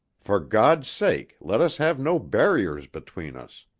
for god's sake let us have no barriers between us.